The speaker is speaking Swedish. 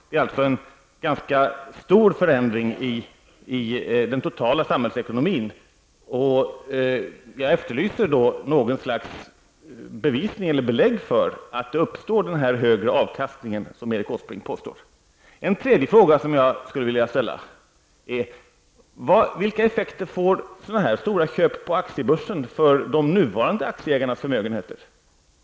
Det är alltså fråga om en ganska stor förändring i den totala samhällsekonomin. Jag efterlyser då något slags belägg för att den här högre avkastningen skall uppstå, som Erik Åsbrink påstår. En tredje fråga som jag skulle vilja ställa är: Vilka effekter får sådana här stora köp på aktiebörsen för de nuvarande aktieägarnas förmögenheter?